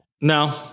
No